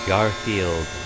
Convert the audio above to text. Garfield